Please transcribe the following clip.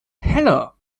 heller